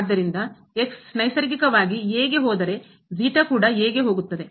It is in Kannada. ಆದ್ದರಿಂದ ನೈಸರ್ಗಿಕವಾಗಿ a ಗೆ ಹೋದರೆ a ಗೆ ಹೋಗುತ್ತದೆ